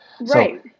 Right